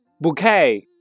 bouquet